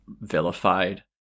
vilified